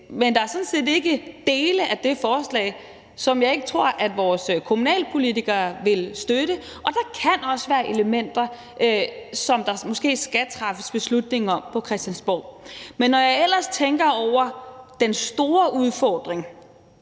men der er sådan set ikke dele af det forslag, som jeg ikke tror at vores kommunalpolitikere vil støtte. Og der kan også være elementer, som der måske skal træffes beslutning om på Christiansborg. Men når jeg ellers tænker over den store udfordring,